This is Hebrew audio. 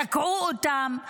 תקעו אותן.